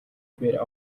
бээр